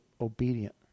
obedient